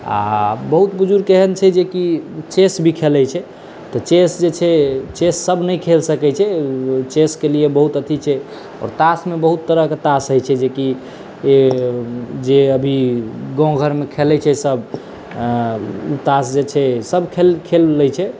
आ बहुत बुजुर्ग एहेन छै जेकि चेस भी खेलै छै तऽ चेस जे छै चेस सब नहि खेल सकै छै चेस केँ लिये बहुत अथी छै आओर तासमे बहुत तरहकेँ तास होइ छै जेकि जे अभी गाँव घरमे खेलै छै सब ओ तास जे छै सब खेल लै छै